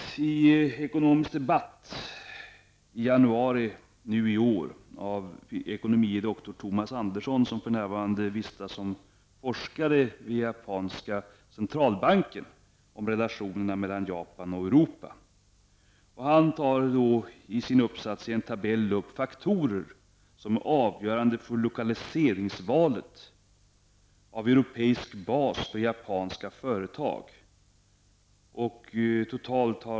I Ekonomisk Debatt i januari i år finns en uppsats av ekonomie doktor Thomas Andersson, som för närvarande vistas som forskare vid den japanska centralbanken, om relationerna mellan Japan och Europa. I en tabell i uppsatsen tar han upp faktorer som är ''avgörande för lokaliseringsvalet av europeisk bas för japanska företag''.